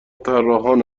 طراحان